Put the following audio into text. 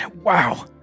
Wow